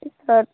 হয়